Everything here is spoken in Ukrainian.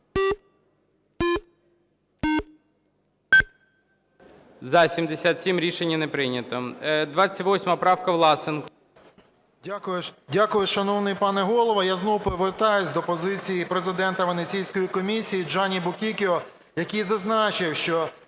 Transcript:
За-77 Рішення не прийнято. 28 правка, Власенко. 10:38:43 ВЛАСЕНКО С.В. Дякую, шановний пане Голово. Я знову повертаюсь до позиції президента Венеційської комісії Джанні Букіккіо, який зазначив, що